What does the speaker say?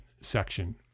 section